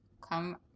come